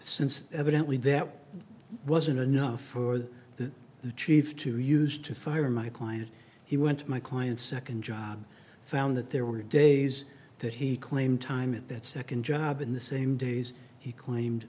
since evidently that wasn't enough for the chief to use to fire my client he went to my client nd job found that there were days that he claimed time at that nd job in the same days he claimed